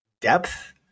depth